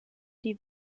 die